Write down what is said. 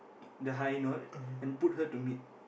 the high note and put her to mid